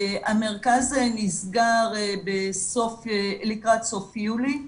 המרכז נסגר לקראת סוף יולי,